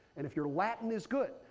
and if your latin is good,